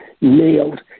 nailed